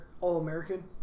All-American